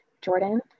Jordan